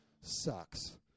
sucks